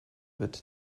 wird